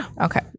okay